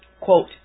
quote